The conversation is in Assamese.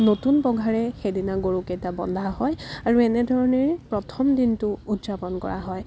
নতুন পঘাৰে সেইদিনা গৰুকেইটা বন্ধা হয় আৰু এনেধৰণেৰে প্ৰথম দিনটো উদযাপন কৰা হয়